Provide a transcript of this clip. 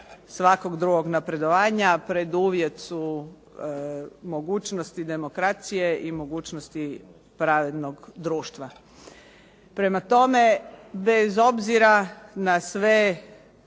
svakog drugog napredovanja, preduvjet su mogućnosti demokracije i mogućnosti pravednog društva. Prema tome, bez obzira na sve